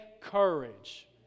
courage